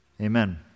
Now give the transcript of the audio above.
Amen